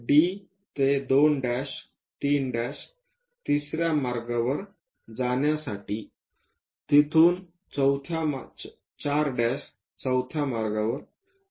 D ते 2 3 तिसर्या मार्गावर जाण्यासाठी सर्व मार्ग तिथून 4 चौथ्या मार्गावर आहे